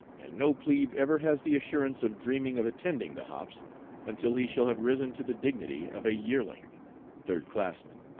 and no plebe ever has the assurance of dreaming of attending the hops until he shall have risen to the dignity of a yearling' third-classman.